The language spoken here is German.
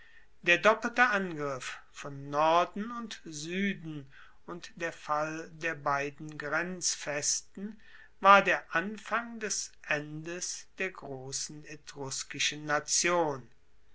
der doppelte angriff von norden und sueden und der fall der beiden grenzfesten war der anfang des endes der grossen etruskischen nation